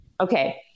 Okay